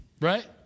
Right